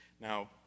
Now